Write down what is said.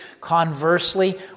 conversely